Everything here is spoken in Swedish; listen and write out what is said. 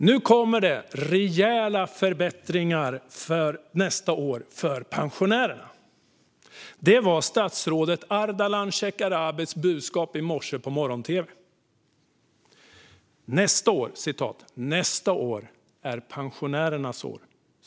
Nu kommer det rejäla förbättringar för nästa år för pensionärerna. Statsrådet Ardalan Shekarabis budskap i morse på morgon-tv var: "Nästa år är pensionärernas år."